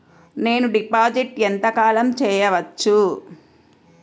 నేను డిపాజిట్ ఎంత కాలం చెయ్యవచ్చు?